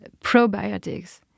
probiotics